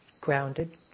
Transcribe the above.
grounded